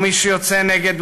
ומי שיוצא נגד,